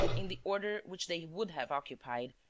in the order which they would have occupied,